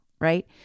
right